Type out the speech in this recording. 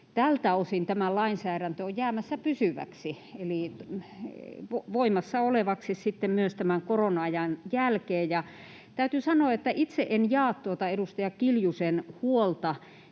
tältä osin tämä lainsäädäntö on jäämässä pysyväksi eli voimassa olevaksi sitten myös tämän korona-ajan jälkeen. Täytyy sanoa, että itse en jaa tuota edustaja Kiljusen huolta